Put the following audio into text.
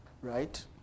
right